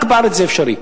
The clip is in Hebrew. רק בארץ זה אפשרי,